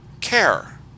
care